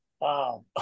Wow